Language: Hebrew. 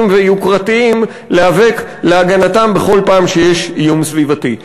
ויוקרתיים להיאבק להגנתם בכל פעם שיש איום סביבתי.